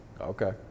Okay